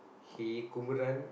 he kumbuduraan